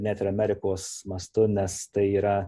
net ir amerikos mastu nes tai yra